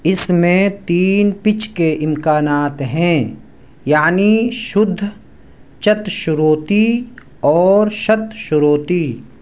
اس میں تین پچ کے امکانات ہیں یعنی شدھ چتشروتی اور شتشروتی